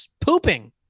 pooping